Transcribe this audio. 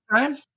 time